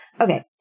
Okay